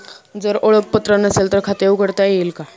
जर ओळखपत्र नसेल तर खाते उघडता येईल का?